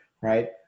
Right